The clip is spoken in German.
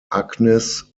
agnes